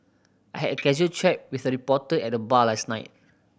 I had a casual chat with a reporter at the bar last night